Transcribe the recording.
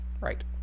Right